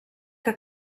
que